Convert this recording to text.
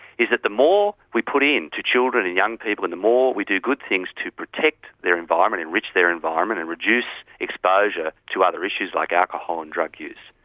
is it the more we put into children and young people and the more we do good things to protect their environment, enrich their environment and reduce exposure to other issues like alcohol and drug use,